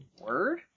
Word